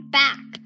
back